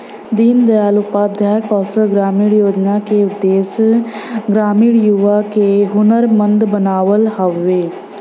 दीन दयाल उपाध्याय कौशल ग्रामीण योजना क उद्देश्य ग्रामीण युवा क हुनरमंद बनावल हउवे